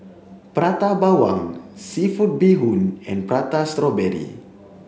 Prata Bawang seafood bee hoon and Prata Strawberry